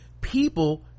people